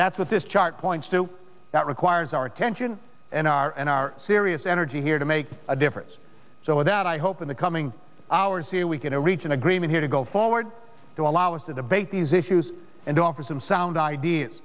that's what this chart points to that requires our attention and our serious energy here to make a difference so that i hope in the coming hours see we can to reach an agreement here to go forward to allow us to debate these issues and offer some sound ideas